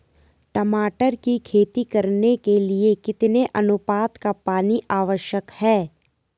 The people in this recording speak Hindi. टमाटर की खेती करने के लिए कितने अनुपात का पानी आवश्यक है?